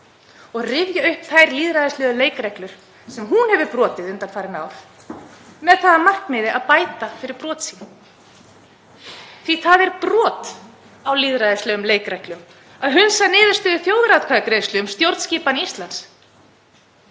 og rifja upp þær lýðræðislegu leikreglur sem hún hefur brotið undanfarin ár með það að markmiði að bæta fyrir brot sín. Því að það er brot á lýðræðislegum leikreglum að hunsa niðurstöður þjóðaratkvæðagreiðslu um stjórnskipan Íslands